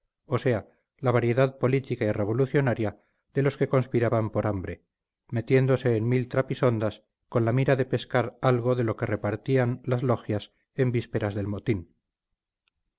o sea la variedad política y revolucionaria de los que conspiraban por hambre metiéndose en mil trapisondas con la mira de pescar algo de lo que repartían las logias en vísperas de motín